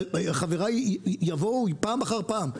חבריי יבואו פעם אחר פעם,